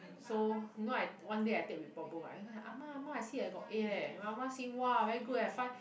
so you know I one day I take report book right ah ma ah ma see I got A leh my ah ma see say !wah! very good eh five